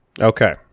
Okay